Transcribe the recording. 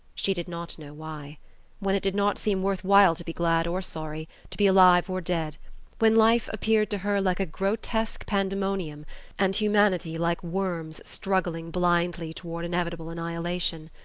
she did not know why when it did not seem worth while to be glad or sorry, to be alive or dead when life appeared to her like a grotesque pandemonium and humanity like worms struggling blindly toward inevitable annihilation.